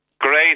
Great